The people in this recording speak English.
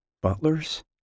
butlers